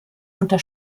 unter